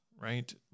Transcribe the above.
right